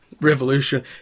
revolution